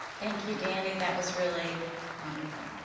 thank you, danny. that was really wonderful.